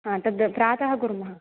आम् तत् प्रातः कुर्मः